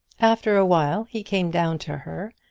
after a while he came down to her,